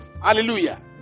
Hallelujah